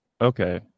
Okay